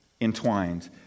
entwined